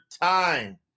Time